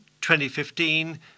2015